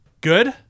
Good